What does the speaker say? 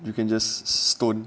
you can just stone